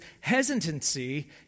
hesitancy